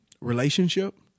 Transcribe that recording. relationship